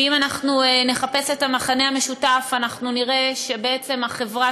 ואם נחפש את המכנה המשותף אנחנו נראה שבעצם החברה